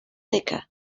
thicker